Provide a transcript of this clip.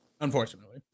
Unfortunately